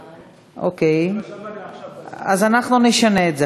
אוקיי, אז אנחנו נשנה את זה.